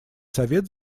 совет